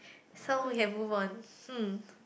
so you have moved on hmm